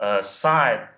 Side